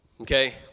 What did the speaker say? Okay